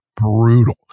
brutal